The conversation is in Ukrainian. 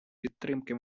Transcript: підтримки